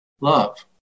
love